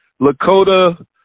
Lakota